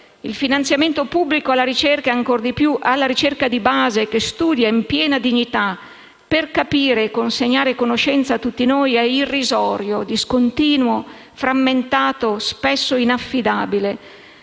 Il finanziamento pubblico alla ricerca e ancora di più alla ricerca di base, che studia in piena dignità per capire e consegnare conoscenza a tutti noi, è irrisorio, discontinuo, frammentato, spesso inaffidabile.